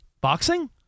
Boxing